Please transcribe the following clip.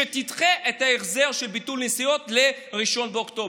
שתדחה את ההחזר של ביטולי נסיעות ל-1 באוקטובר.